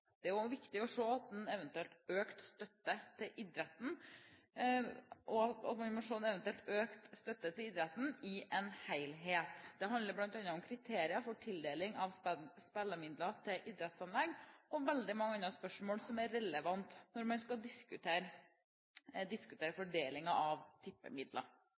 Det er også viktig å se en eventuelt økt støtte til idretten i en helhet. Det handler bl.a. om kriterier for tildeling av spillemidler til idrettsanlegg og veldig mange andre spørsmål som er relevante når man skal diskutere fordelingen av tippemidler.